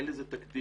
אין לזה תקדים,